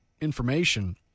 information